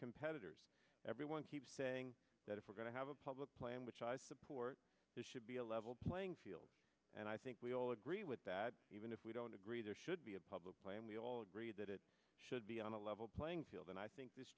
competitors everyone keeps saying that if we're going to have a public plan which i support should be a level playing field and i think we all agree with that even if we don't agree there should be a public plan we all agree that it should be on a level playing field and i think this